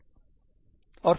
सही